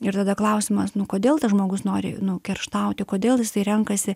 ir tada klausimas nu kodėl tas žmogus nori kerštauti kodėl jisai renkasi